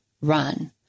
run